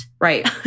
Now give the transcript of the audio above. Right